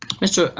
mr.